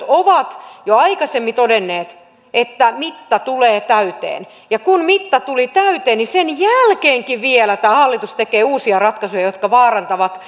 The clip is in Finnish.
ovat jo aikaisemmin todenneet että mitta tulee täyteen ja kun mitta tuli täyteen niin sen jälkeenkin vielä tämä hallitus tekee uusia ratkaisuja jotka vaarantavat